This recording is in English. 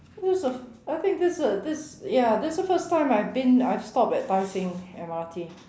this is the I think this is the this ya this is the first time I've been I've stopped at Tai Seng M_R_T